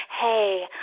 Hey